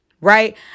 right